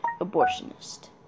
abortionist